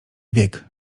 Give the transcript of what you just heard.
wiek